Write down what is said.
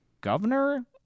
governor